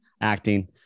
acting